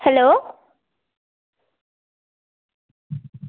hello